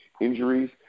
injuries